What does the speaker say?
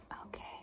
Okay